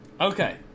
Okay